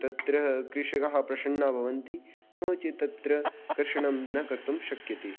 तत्र कृषकाः प्रसन्नाः भवन्ति नोचेत् तत्र कर्षणं न कर्तुं शक्यते